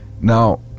Now